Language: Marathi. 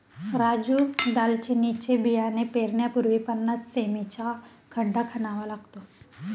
राजू दालचिनीचे बियाणे पेरण्यापूर्वी पन्नास सें.मी चा खड्डा खणावा लागतो